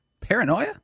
Paranoia